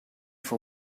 for